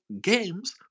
games